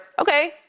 okay